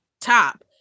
top